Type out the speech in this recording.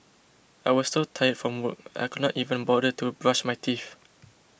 I was so tired from work I could not even bother to brush my teeth